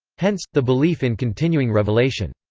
hence, the belief in continuing revelation.